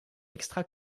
extra